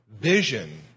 vision